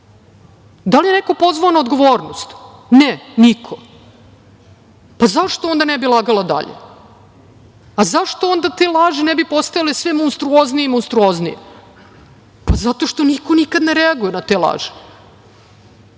Da li je neko pozvao na odgovornost? Ne, niko. Pa, zašto onda ne bi lagala dalje, a zašto onda te laži ne bi postale sve monstruoznije i monstruoznije. Pa, zato što niko nikad ne reaguje na te laži.